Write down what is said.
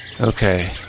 Okay